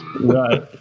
Right